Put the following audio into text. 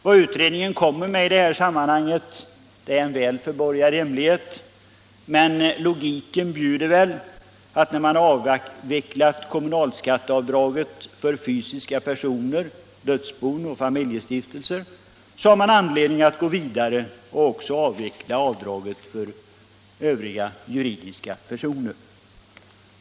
Vad utredningen kommer med i det sammanhanget är en väl förborgad hemlighet, men logiken bjuder väl att när man avvecklat kommunalskatteavdraget för fysiska personer, dödsbon och familjestiftelser så har man anledning att gå vidare och också avveckla avdraget för övriga juridiska personer.